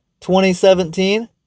2017